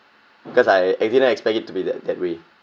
because I I didn't expect it to be that that way